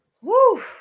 Woo